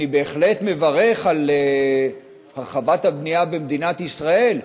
אני בהחלט מברך על הרחבת הבנייה במדינת ישראל,